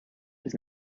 his